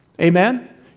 Amen